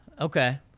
okay